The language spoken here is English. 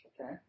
okay